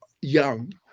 young